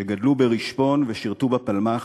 שגדלו ברשפון ושירתו בפלמ"ח.